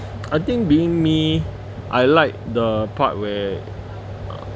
I think being me I like the part where